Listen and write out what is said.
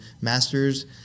masters